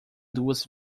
duas